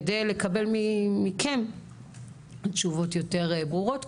כדי לקבל מכם תשובות יותר ברורות.